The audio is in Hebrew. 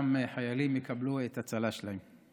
כשאותם חיילים יקבלו את הצל"ש שלהם.